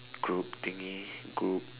group thingy group